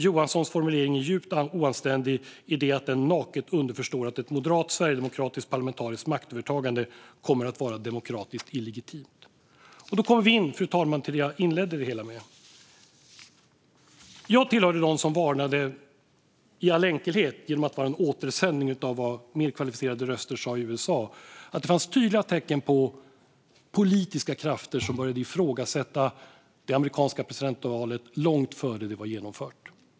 Johanssons formulering är djupt oanständig i det att den naket underförstår att ett moderat-Sverigedemokratiskt parlamentariskt maktövertagande kommer att vara demokratiskt illegitimt." Då kommer vi tillbaka till det jag tog upp i mitt första inlägg, fru talman: Jag var en av dem som varnade för, i all enkelhet genom att göra en återsändning av vad mer kvalificerade röster sa i USA, att det fanns tydliga tecken på politiska krafter som började ifrågasätta det amerikanska presidentvalet långt innan det var genomfört.